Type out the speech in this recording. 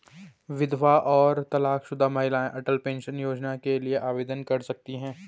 विधवा और तलाकशुदा महिलाएं अटल पेंशन योजना के लिए आवेदन कर सकती हैं